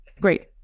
Great